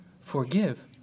forgive